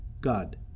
God